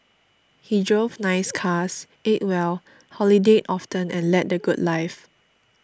he drove nice cars ate well holidayed often and led the good life